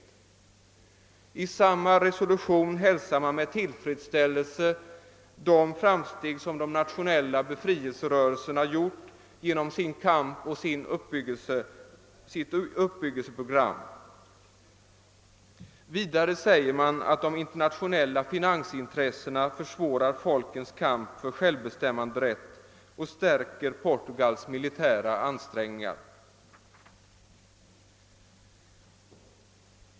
I samma resolution hälsar man med tillfredsställelse de framsteg som de nationella befrielserörelserna gjort genom sin kamp och sitt uppbyggnadsprogram. Vidare säger man att de internationella finansintressena försvårar folkens kamp för självbestämmanderätt och stärker Portugals militära ansträngningar.